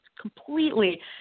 completely –